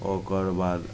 ओकरबाद